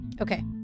Okay